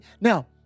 Now